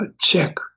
check